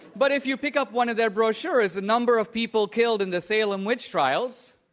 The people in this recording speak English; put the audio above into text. but if you pick up one of their brochures, the number of people killed in the salem witch trials,